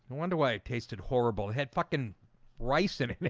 wonder why it tasted horrible. it had fucking rice in and it